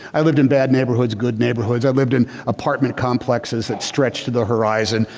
i lived in bad neighborhoods, good neighborhoods, i lived in apartment complexes that stretch to the horizon.